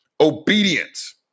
Obedience